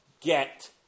get